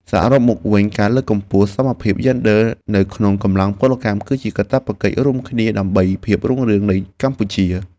សរុបមកវិញ ការលើកកម្ពស់សមភាពយេនឌ័រនៅក្នុងកម្លាំងពលកម្ម គឺជាកាតព្វកិច្ចរួមគ្នាដើម្បីភាពរុងរឿងនៃកម្ពុជា។